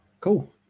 Cool